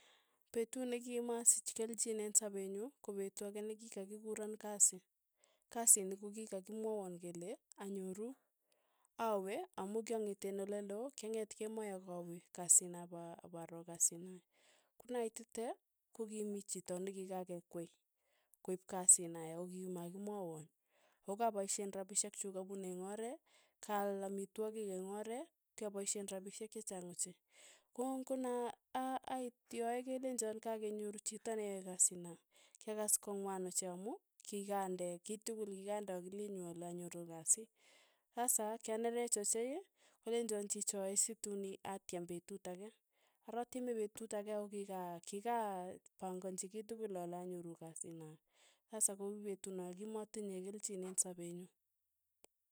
Petut nikimasich kelchin eng' sapenyu ko petuu ake nikikakikuron kasi, kasi ni kokikakimwawon kele anyoru, awe amu kyang'eten oleloo, kyang'et kemboi ak awe kasii no pa aparo kasii noe, konaitite, kokimii chito nekikakekwei, koip kasii noe, akokimakimwawon, akokapaishe rapishek chuk apun eng' oree, kaal amitwogik eng' oree, kyapaishen rapishek chenchang ochei, ko ng'ono aa ait yoe kelenchon kakenyor chito neyae kasi noe, kyakas ko ngwan ochei amu kikande kiy tukul kikande akili nyu ale anyoru kasi, sasa kyanerech ochei kolencho chichoe situn atyem petut ake, ara atyeme petut ake akokika kika panganchi kii tukul ale anyoru kasi noe, sasa ko ingpetunoe kimatinye kelchin eng sapee nyu.